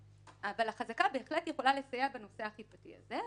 החזקה עשויה בהחלט לסייע בנושא האכיפתי הזה.